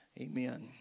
Amen